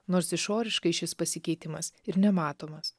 nors išoriškai šis pasikeitimas ir nematomas